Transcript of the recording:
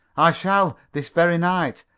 i shall, this very night.